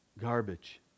Garbage